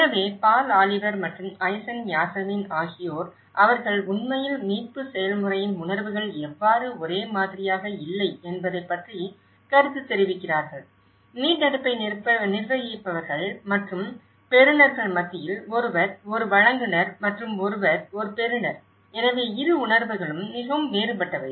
எனவே Paul Oliver மற்றும் Aysun Yasemin ஆகியோர் அவர்கள் உண்மையில் மீட்பு செயல்முறையின் உணர்வுகள் எவ்வாறு ஒரே மாதிரியாக இல்லை என்பதைப் பற்றி கருத்து தெரிவிக்கிறார்கள் மீட்டெடுப்பை நிர்வகிப்பவர்கள் மற்றும் பெறுநர்கள் மத்தியில் ஒருவர் ஒரு வழங்குநர் மற்றும் ஒருவர் ஒரு பெறுநர் எனவே இரு உணர்வுகளும் மிகவும் வேறுபட்டவை